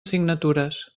signatures